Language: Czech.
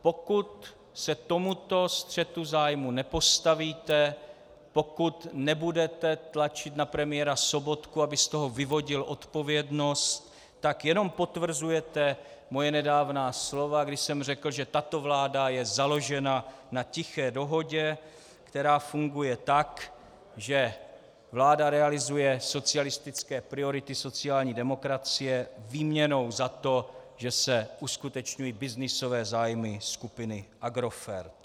Pokud se tomuto střetu zájmů nepostavíte, pokud nebudete tlačit na premiéra Sobotku, aby z toho vyvodil odpovědnost, tak jenom potvrzujete moje nedávná slova, kdy jsem řekl, že tato vláda je založena na tiché dohodě, která funguje tak, že vláda realizuje socialistické priority sociální demokracie výměnou za to, že se uskutečňují byznysové zájmy skupiny Agrofert.